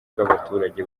bw’abaturage